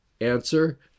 answer